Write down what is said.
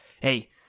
Hey